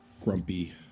grumpy